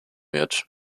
wird